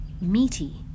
Meaty